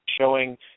showing